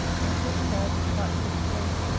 and then gave a fearful scream.